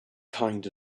kind